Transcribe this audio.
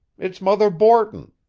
it's mother borton.